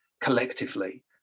collectively